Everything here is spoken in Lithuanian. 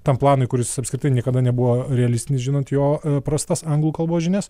tam planui kuris apskritai niekada nebuvo realistinis žinant jo prastas anglų kalbos žinias